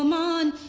um on